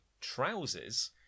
trousers